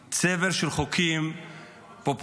עדים לצבר של חוקים פופוליסטיים,